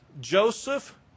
Joseph